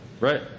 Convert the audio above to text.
Right